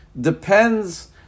depends